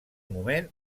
moment